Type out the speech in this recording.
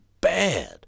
bad